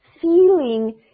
feeling